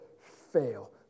fail